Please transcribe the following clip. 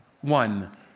one